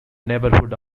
neighborhood